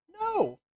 No